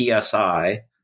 PSI